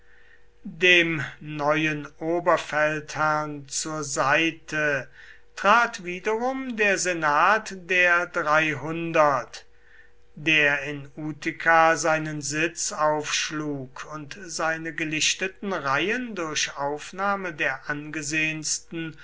dem neuen oberfeldherrn zur seite trat wiederum der senat der dreihundert der in utica seinen sitz aufschlug und seine gelichteten reihen durch aufnahme der angesehensten